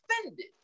offended